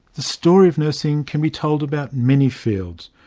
the story of nursing can be told about many fields,